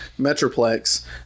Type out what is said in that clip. Metroplex